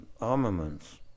armaments